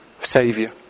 Savior